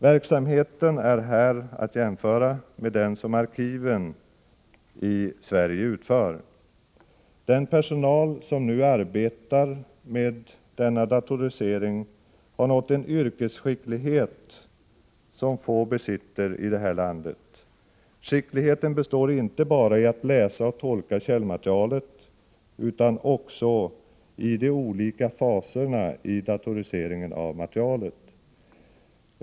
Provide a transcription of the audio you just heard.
Verksamheten är här att jämföra med den som arkiven i Sverige utför. Den personal som nu arbetar med denna datorisering har nått en yrkesskicklighet som få besitter i det här landet. Skickligheten består inte bara i att läså och tolka källmaterialet utan också i de olika faserna i datoriseringen av materialet.